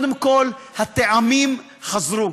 קודם כול, הטעמים חזרו.